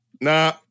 nah